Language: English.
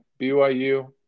BYU